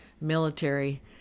military